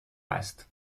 است